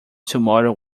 tomorrow